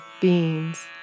beings